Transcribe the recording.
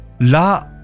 la